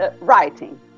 writing